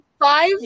Five